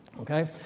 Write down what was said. Okay